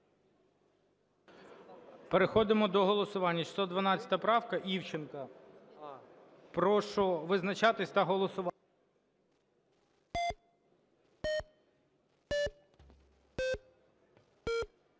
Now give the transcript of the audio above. Переходимо до голосування. 612 правка Івченка. Прошу визначатися та голосувати.